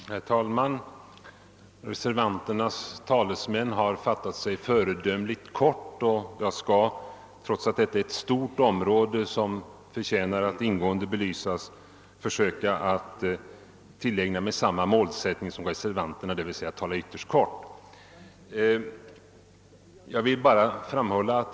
Herr talman! Reservanternas talesmän har här fattat sig föredömligt kort, och trots att vi här diskuterar en stor fråga som förtjänar att belysas ingående skall jag försöka tillägna mig samma teknik som de, d. v. s. tala mycket kort.